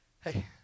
Hey